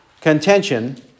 contention